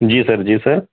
جی sir جی سر